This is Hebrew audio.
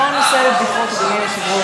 זה לא נושא לבדיחות, אדוני היושב-ראש.